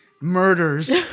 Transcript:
murders